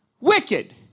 wicked